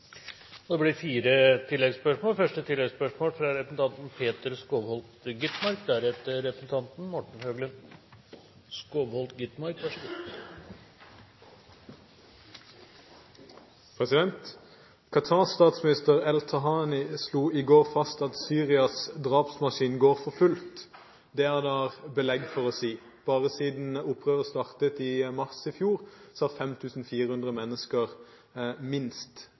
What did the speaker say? Det blir gitt anledning til fire oppfølgingsspørsmål – først Peter Skovholt Gitmark. Qatars statsminister al-Thani slo i går fast at Syrias drapsmaskin går for fullt. Det er det belegg for å si. Bare siden opprøret startet i mars i fjor, er 5 400 mennesker – minst